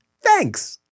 Thanks